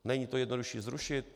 Není to jednodušší zrušit?